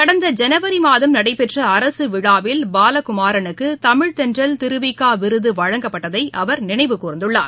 கடந்த ஜனவரி மாதம் நடைபெற்ற அரசு விழாவில் பாலகுமாரனுக்கு தமிழ் தென்றல் திருவிக விருது வழங்கப்பட்டதை அவர் நினைவு கூர்ந்துள்ளார்